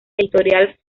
editorial